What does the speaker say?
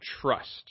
trust